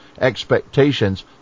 expectations